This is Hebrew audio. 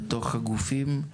בתוך הגופים,